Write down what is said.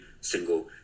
single